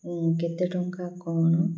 କେତେ ଟଙ୍କା କ'ଣ